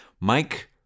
Mike